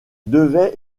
devait